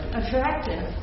attractive